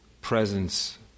presence